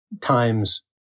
times